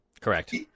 Correct